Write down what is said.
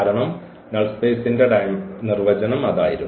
കാരണം നൾ സ്പേസിന്റെ നിർവചനം അതായിരുന്നു